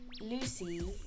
lucy